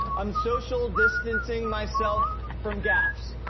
am social distancing myself from gaffes.